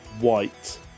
white